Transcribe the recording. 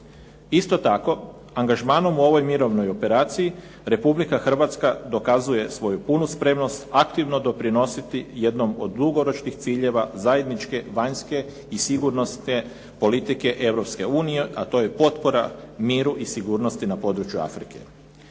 Isto tako, angažmanom u ovoj mirovnoj operaciji Republika Hrvatska dokazuje svoju punu spremnost aktivno doprinositi jednom od dugoročnih ciljeva zajedničke vanjske i sigurnosne politike Europske unije a to je potpora miru i sigurnosti na području Afrike.